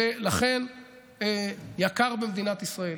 ולכן יקר במדינת ישראל.